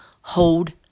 hold